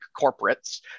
corporates